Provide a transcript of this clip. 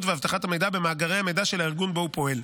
ואבטחת המידע במאגרי המידע של הארגון שבו הוא פועל.